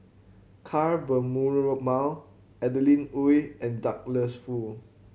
Ka Perumal Adeline Ooi and Douglas Foo